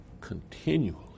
continually